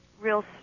real